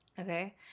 Okay